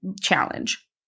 challenge